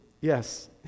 Yes